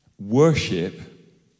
worship